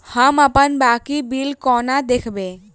हम अप्पन बाकी बिल कोना देखबै?